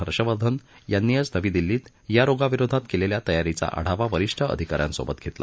हर्षवर्धन यांनी आज नवी दिल्लीत या रोगाविरोधात केलेल्या तयारीचा आढावा वरिष्ठ अधिका यांसोबत घेतला